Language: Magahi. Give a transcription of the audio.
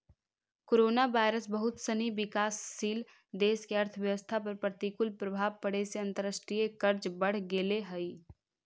कोरोनावायरस बहुत सनी विकासशील देश के अर्थव्यवस्था पर प्रतिकूल प्रभाव पड़े से अंतर्राष्ट्रीय कर्ज बढ़ गेले हई